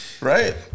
Right